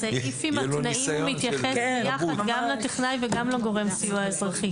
הסעיף עם התנאים הוא מתייחס יחד גם לטכנאי וגם לגורם סיוע אזרחי.